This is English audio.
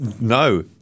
No